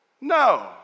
No